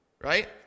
Right